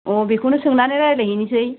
अ बेखौनो सोंनानै रायज्लायहैनोसै